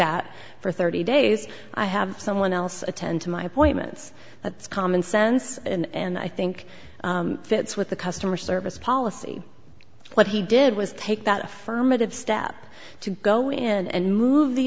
at for thirty days i have someone else attend to my appointments that's common sense and i think fits with the customer service policy what he did was take that affirmative step to go in and move the